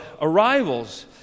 arrivals